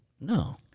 No